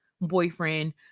boyfriend